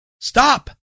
stop